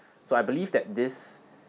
so I believe that this